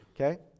okay